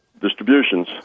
distributions